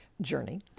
journey